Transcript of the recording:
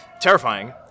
terrifying